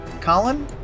Colin